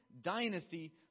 dynasty